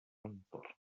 entorn